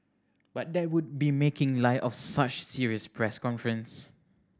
but that would be making light of such serious press conference